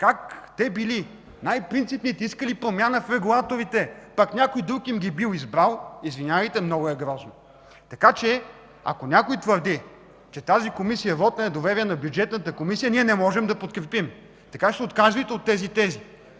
как те били най-принципните, искали промяна в регулаторите, пък някой друг им ги бил избрал – извинявайте, много е грозно! Ако някой твърди, че тази Комисия е вот на недоверие на Бюджетната комисия, ние не можем да подкрепим. Така че отказвайте се от такива тези.